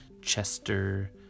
Chester